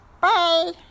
Bye